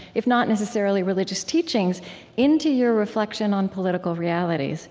if not necessarily religious teachings into your reflection on political realities